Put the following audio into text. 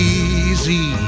easy